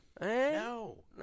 no